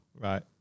Right